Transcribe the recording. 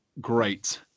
great